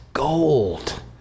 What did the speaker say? Gold